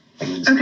Okay